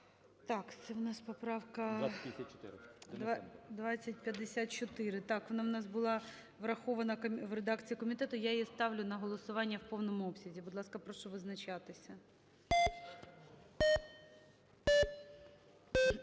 Це у нас поправка 2054. Вона у нас була врахована в редакції комітету. Я її ставлю на голосування в повному обсязі. Будь ласка, прошу визначатися.